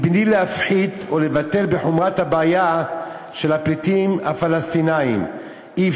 בלי להפחית מחומרת הבעיה של הפליטים הפלסטינים או לבטלה,